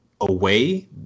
away